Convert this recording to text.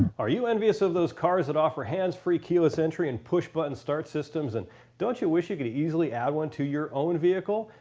are you envious of those cars that offer hands free keyless entry and push buttom but and start systems? and don't you wish you could easily add one to your own vehicle?